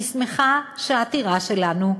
אני שמחה שהעתירה שלנו,